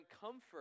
comfort